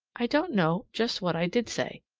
i don't know just what i did say.